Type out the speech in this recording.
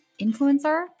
influencer